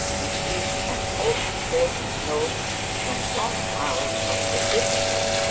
received an important note from tom towers of the jupiter?